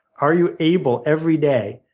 are you able, every day,